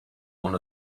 one